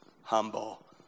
humble